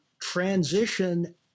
transition